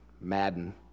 Madden